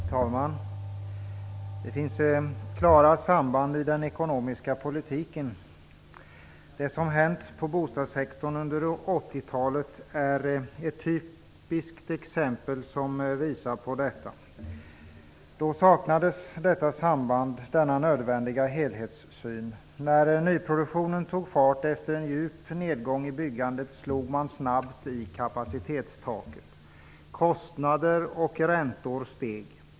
Herr talman! Det finns klara samband i den ekonomiska politiken. Det som hänt inom bostadssektorn under 80-talet är ett typiskt exempel på det. Då saknades detta samband, denna nödvändiga helhetssyn. När nyproduktionen tog fart efter en djup nedgång i byggandet slog man snabbt i kapacitetstaket. Kostnader och räntor steg.